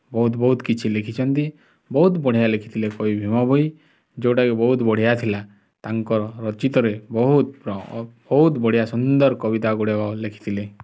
ବହୁତ ବହୁତ କିଛି ଲେଖିଛନ୍ତି ବହୁତ ବଢ଼ିଆ ଲେଖିଥିଲେ କବି ଭୀମଭୋଇ ଯେଉଁଟାକି ବହୁତ ବଢ଼ିଆ ଥିଲା ତାଙ୍କ ରଚିତରେ ବହୁତ ବହୁତ ବଢ଼ିଆ ସୁନ୍ଦର କବିତା ଗୁଡ଼ାକ ଲେଖିଥିଲେ